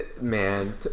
Man